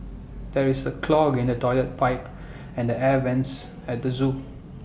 there is A clog in the Toilet Pipe and the air Vents at the Zoo